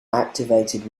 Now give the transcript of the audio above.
activated